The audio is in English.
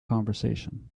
conversation